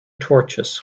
torches